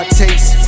taste